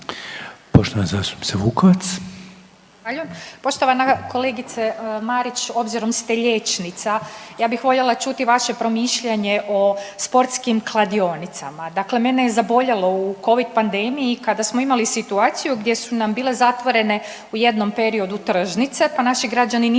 Poštovana kolegice Marić, obzirom ste liječnica, ja bih voljela čuti vaše promišljanje o sportskim kladionicama. Dakle, mene je zaboljelo u Covid pandemiji, kada smo imali situaciju gdje su nam bile zatvorene u jednom periodu tržnice, pa naši građani nisu